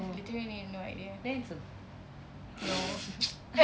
oh that's a bore